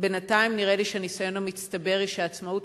בינתיים נראה לי שהניסיון המצטבר הוא שהעצמאות